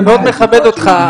אני מאוד מכבד אותך,